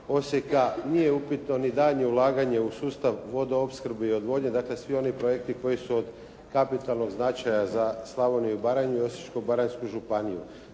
Osijeka, nije upitno ni daljnje ulaganje u sustav vodoopskrbe i odvodnje, dakle svi oni projekti koji su od kapitalnog značaja za Slavoniju i Baranju i Osječko-baranjsku županiju.